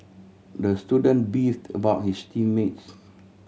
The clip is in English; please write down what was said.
the student beefed about his team mates